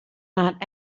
not